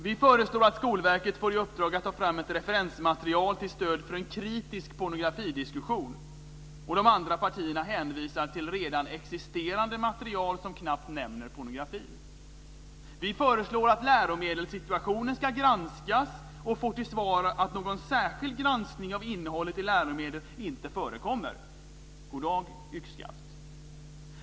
Vi föreslår att Skolverket får i uppdrag att ta fram ett referensmaterial till stöd för en kritisk pornografidiskussion - och de andra partierna hänvisar till redan existerande material som knappt nämner pornografin. Vi föreslår att läromedelssituationen ska granskas och får till svar att någon särskild granskning av innehållet i läromedel inte förekommer. Goddag yxskaft.